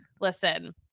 listen